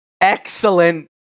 excellent